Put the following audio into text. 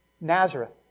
Nazareth